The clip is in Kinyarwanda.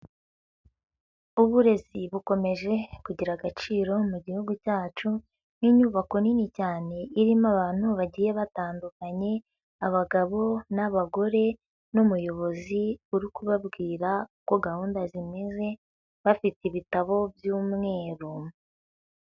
Uburezi bukomeje kugira agaciro mu gihugu cyacu, nk'inyubako nini cyane irimo abantu bagiye batandukanye, abagabo n'abagore n'umuyobozi uri kubabwira uko gahunda zimeze, bafite ibitabo by'umweru.